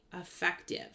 effective